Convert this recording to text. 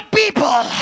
people